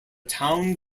town